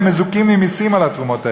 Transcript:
והן מזוכות ממסים על התרומות האלה.